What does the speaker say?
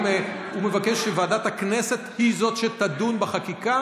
והוועדה שתדון בהמשך החקיקה